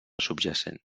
subjacent